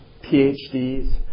PhDs